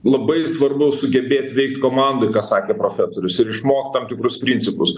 labai svarbu sugebėt veikt komandoj ką sakė profesorius ir išmokt tam tikrus principus